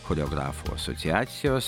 choreografų asociacijos